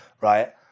right